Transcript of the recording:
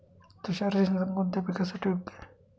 तुषार सिंचन कोणत्या पिकासाठी योग्य आहे?